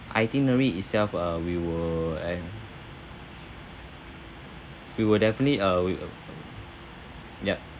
itinerary itself uh we will eh we will definitely uh we yup